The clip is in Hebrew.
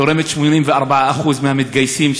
תורמת 84% במתגייסים,